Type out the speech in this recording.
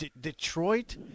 Detroit